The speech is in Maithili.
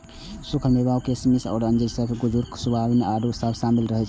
सूखल मेवा मे किशमिश, अंजीर, सेब, खजूर, खुबानी, आड़ू आदि शामिल रहै छै